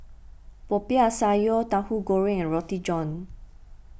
Popiah Sayur Tahu Goreng and Roti John